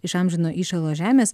iš amžino įšalo žemės